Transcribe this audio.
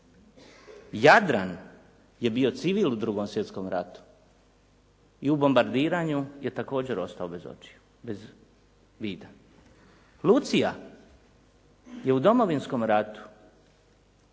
Jadran je bio civil u 2. svjetskom ratu i u bombardiranju je također ostao bez očiju, bez vida. Lucija je u Domovinskom ratu